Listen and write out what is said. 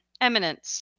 eminence